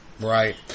Right